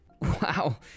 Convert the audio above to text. wow